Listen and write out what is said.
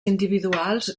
individuals